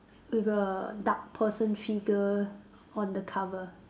with a dark person figure on the cover